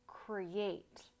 create